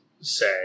say